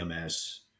EMS